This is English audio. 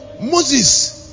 Moses